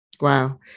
Wow